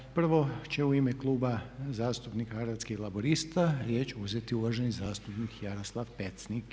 Prvo će u ime Kluba zastupnika Hrvatskih laburista riječ uzeti uvaženi zastupnik Jaroslav Pecnik.